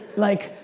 like,